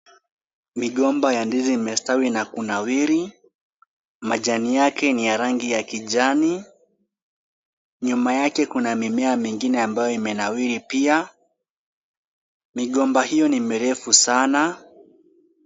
Migomba ya ndizi imestawi na kunawiri, majani yake ni ya rangi ya kijani, nyuma yake kuna mimea mingine ambayo imenawiri Pia migomba hiyo ni mirefu sana.